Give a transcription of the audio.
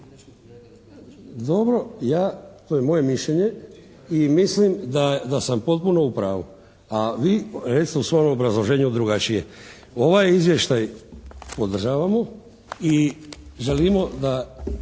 Dobro, ja, to je moje mišljenje i mislim da sam potpuno u pravu, a vi recite u svojem obrazloženju drugačije. Ovaj izvještaj podržavamo i želimo da